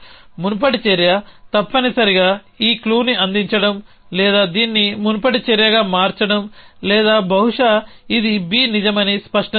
మునుపటి చర్య తప్పనిసరిగా ఈ క్లూని అందించడం లేదా దీన్ని మునుపటి చర్యగా మార్చడం లేదా బహుశా ఇది B నిజమని స్పష్టం చేయడం